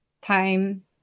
time